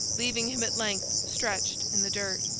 leaving him at length stretched in the dust.